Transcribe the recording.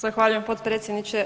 Zahvaljujem potpredsjedniče.